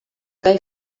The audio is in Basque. gai